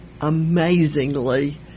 amazingly